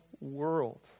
world